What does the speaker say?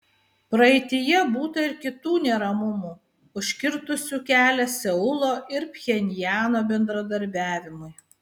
praeityje būta ir kitų neramumų užkirtusių kelią seulo ir pchenjano bendradarbiavimui